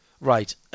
Right